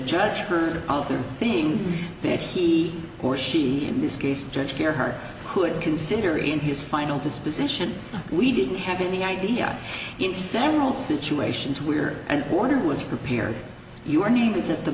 judge her of the things that he or she in this case judge hear her could consider in his final disposition we didn't have any idea in several situations where an order was prepared your name is at the